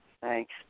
Thanks